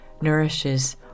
nourishes